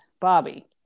Bobby